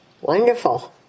Wonderful